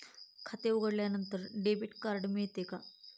खाते उघडल्यानंतर debit card मिळते का?